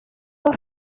kuko